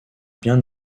bien